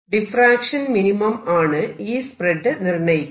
diffraction minimum ആണ് ഈ spread നിർണയിക്കുന്നത്